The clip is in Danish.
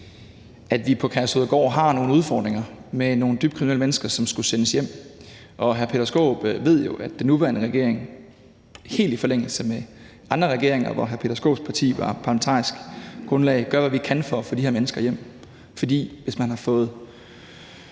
at vi på Kærshovedgård har nogle udfordringer med nogle dybt kriminelle mennesker, som skulle sendes hjem. Og hr. Peter Skaarup ved jo, at den nuværende regering helt i forlængelse af andre regeringer, hvor hr. Peter Skaarups parti var parlamentarisk grundlag, gør, hvad vi kan for at få de her mennesker hjem. For hvis man har fået